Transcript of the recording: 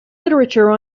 literature